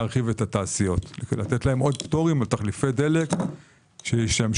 התעשיות ולתת להם עוד פטורים לתחליפי דלק שישמשו